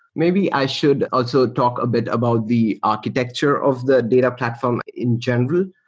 maybe i should also talk a bit about the architecture of the data platform in general.